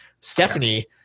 Stephanie